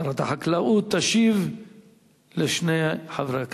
שרת החקלאות, תשיב לשני חברי הכנסת.